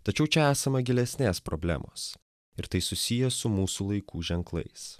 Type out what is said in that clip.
tačiau čia esama gilesnės problemos ir tai susiję su mūsų laikų ženklais